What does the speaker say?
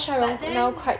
but then